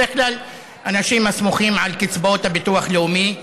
בדרך כלל אנשים הסמוכים על קצבאות הביטוח הלאומי,